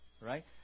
Right